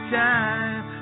time